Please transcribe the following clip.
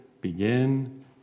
begin